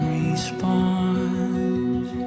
response